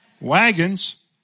Wagons